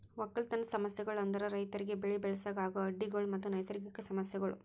ಒಕ್ಕಲತನದ್ ಸಮಸ್ಯಗೊಳ್ ಅಂದುರ್ ರೈತುರಿಗ್ ಬೆಳಿ ಬೆಳಸಾಗ್ ಆಗೋ ಅಡ್ಡಿ ಗೊಳ್ ಮತ್ತ ನೈಸರ್ಗಿಕ ಸಮಸ್ಯಗೊಳ್